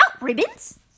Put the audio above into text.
ribbons